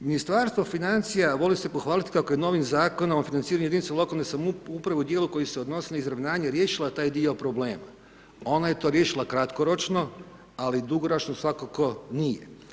Ministarstvo financija, voli se pohvaliti kako je novim Zakonom o financiranju jedinice lokalne samouprave u dijelu koji se odnosi na izravnanje riješila taj dio problema, ona je to riješila kratkoročno, ali dugoročno svakako nije.